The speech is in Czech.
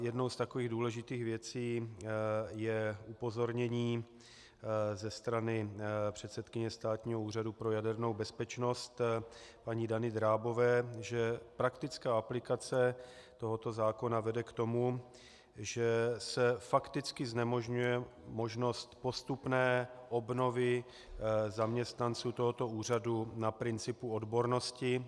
Jednou z takových důležitých věcí je upozornění ze strany předsedkyně Státního úřadu pro jadernou bezpečnost paní Dany Drábové, že praktická aplikace tohoto zákona vede k tomu, že se fakticky znemožňuje možnost postupné obnovy zaměstnanců tohoto úřadu na principu odbornosti.